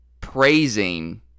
praising